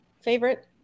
favorite